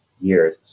years